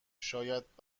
شاید